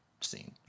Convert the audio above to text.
scene